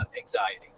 anxiety